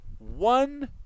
One